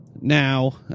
now